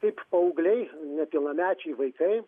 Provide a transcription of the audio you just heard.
kaip paaugliai nepilnamečiai vaikai